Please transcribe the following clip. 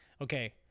Okay